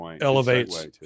elevates